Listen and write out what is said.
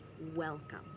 welcome